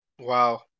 Wow